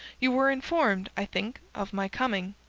you were informed, i think, of my coming.